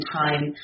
time